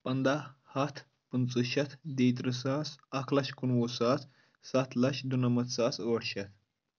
پنٛداہ ہَتھ پٕنٛژٕہ شیٚتھ دی تٕرٛہ ساس اکھ لچھ کُنوُہ ساس سَتھ لچھ دُنَمَتھ ساس ٲٹھ شیٚتھ